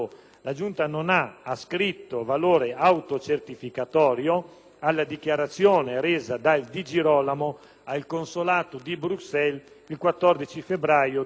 alla dichiarazione resa dal Di Girolamo al consolato di Bruxelles il 14 febbraio 2008. La relazione della Giunta afferma che se